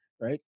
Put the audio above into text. right